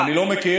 אני לא מכיר,